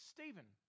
Stephen